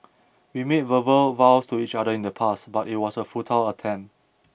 we made verbal vows to each other in the past but it was a futile attempt